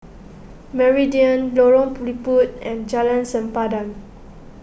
Meridian Lorong Liput and Jalan Sempadan